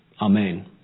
Amen